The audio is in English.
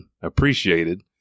appreciated